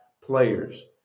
players